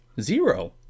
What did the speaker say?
Zero